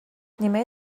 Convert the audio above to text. نیمه